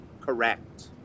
correct